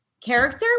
character